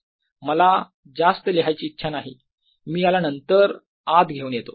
मला जास्त लिहायची इच्छा नाही मी याला नंतर आत घेऊन येतो